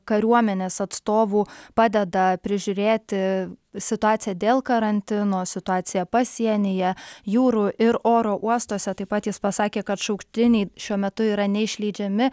kariuomenės atstovų padeda prižiūrėti situaciją dėl karantino situaciją pasienyje jūrų ir oro uostuose taip pat jis pasakė kad šauktiniai šiuo metu yra neišleidžiami